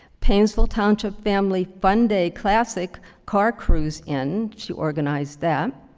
painesville township family fun day classic car cruise in, she organized that